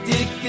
Dick